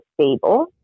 stable